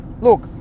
Look